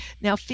now